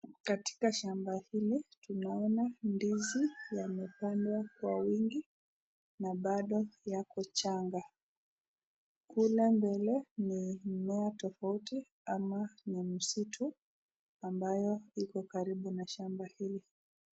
Katika shamba hili tunaona ndizi zimepandwa kwa wingi na bado ziko changa, kule mbele ni mmea tofauti ama msitu iko karibu na shamba hili.